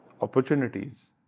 opportunities